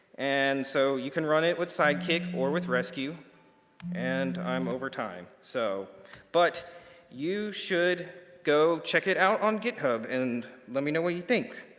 and so you can run it with sidekick or with rescue and i'm over time. so but you should go check it out on github and let me know what you think,